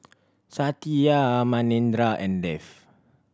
Satya Manindra and Dev